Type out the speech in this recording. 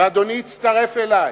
ואדוני יצטרף אלי,